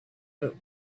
but